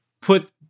put